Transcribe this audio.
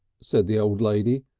said the old lady,